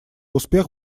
успех